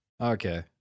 Okay